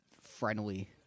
friendly